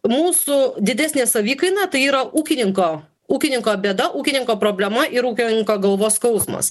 mūsų didesnė savikaina tai yra ūkininko ūkininko bėda ūkininko problema ir ūkininko galvos skausmas